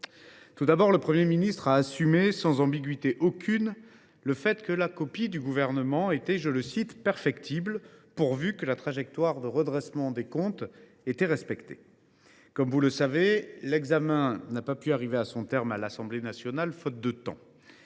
Tout d’abord, le Premier ministre a assumé, sans ambiguïté aucune, le fait que la copie du Gouvernement était « perfectible », pourvu que la trajectoire de redressement des comptes soit respectée. Comme vous le savez, l’examen du texte n’a pu arriver à son terme à l’Assemblée nationale, faute de temps.